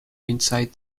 inside